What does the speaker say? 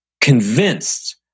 convinced